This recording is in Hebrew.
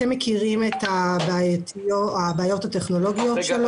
אתם מכירים את הבעיות הטכנולוגיות שלו.